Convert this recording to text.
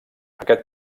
aquest